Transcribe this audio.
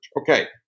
Okay